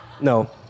No